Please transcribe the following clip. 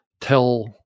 Tell